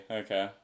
okay